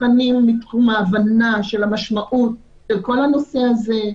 תכנים מתחום ההבנה של המשמעות של כל הנושא הזה,